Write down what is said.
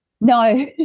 No